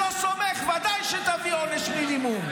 זה אתה שלא סומך, וודאי שתביא עונש מינימום.